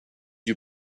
you